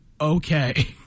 okay